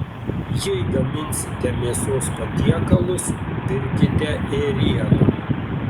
jei gaminsite mėsos patiekalus pirkite ėrieną